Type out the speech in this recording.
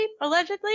allegedly